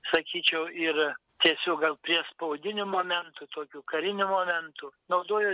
sakyčiau ir tiesiog gal priespaudiniu momentu tokiu kariniu momentu naudojo